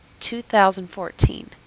2014